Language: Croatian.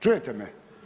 Čujete me?